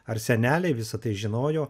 ar seneliai visa tai žinojo